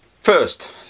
first